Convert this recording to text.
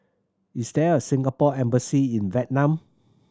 is there a Singapore Embassy in Vietnam